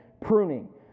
pruning